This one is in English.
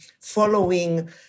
following